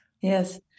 Yes